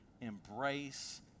embrace